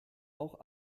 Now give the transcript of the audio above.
auch